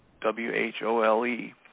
W-H-O-L-E